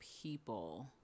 people